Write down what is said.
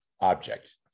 object